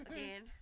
Again